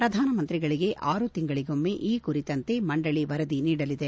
ಪ್ರಧಾನಮಂತ್ರಿಗಳಿಗೆ ಆರು ತಿಂಗಳಿಗೊಮ್ಮೆ ಈ ಕುರಿತಂತೆ ಮಂಡಳಿ ವರದಿ ನೀಡಲಿದೆ